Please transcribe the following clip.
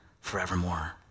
forevermore